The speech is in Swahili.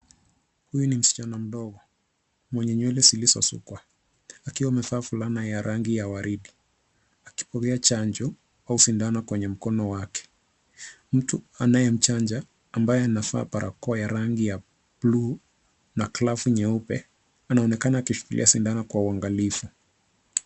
Huyu ni msichana mdogo, mwenye nywele zilizosukwa, akiwa amevaa fulana ya rangi ya waridi, akipokea chanjo au sindano kwenye mkono wake. Mtu anayemchanja, ambaye anavaa barakoa ya rangi ya blue ,na glavu nyeupe, anaonekana akishikilia sindano kwa uangalifu.